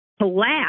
collapse